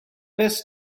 best